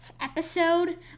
episode